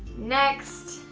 next,